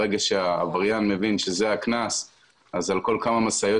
ברגע שהעבריין מבין שזה הקנס אז על כל כמה משאיות